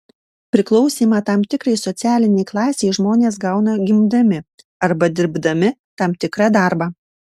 priklausymą tam tikrai socialinei klasei žmonės gauna gimdami arba dirbdami tam tikrą darbą